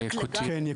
כן,